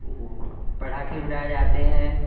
پٹاخے چھٹائے جاتے ہیں